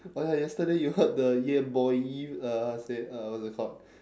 oh ya yesterday you heard the ye boi uh say uh what is it called